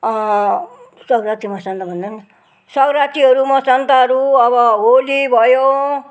सग्राँती मसान्त सग्राँतीहरू मसान्तहरू अब होली भयो